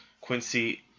Quincy